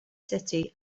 city